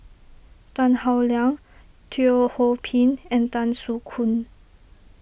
Tan Howe Liang Teo Ho Pin and Tan Soo Khoon